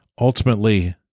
Ultimately